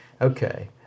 Okay